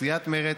סיעת מרצ,